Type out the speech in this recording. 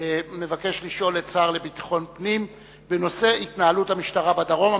לשאול את השר לביטחון פנים בנושא התנהלות המשטרה בדרום.